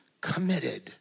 committed